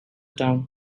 town